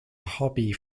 hobby